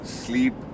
sleep